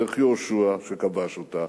דרך יהושע שכבש אותה,